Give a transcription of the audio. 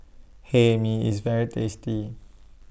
Hae Mee IS very tasty